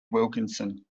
wilkinson